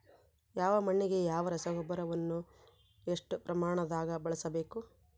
ಯಾವ ಮಣ್ಣಿಗೆ ಯಾವ ರಸಗೊಬ್ಬರವನ್ನು ಎಷ್ಟು ಪ್ರಮಾಣದಾಗ ಬಳಸ್ಬೇಕು?